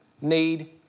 need